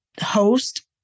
host